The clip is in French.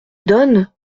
donne